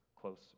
close